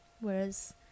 Whereas